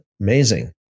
Amazing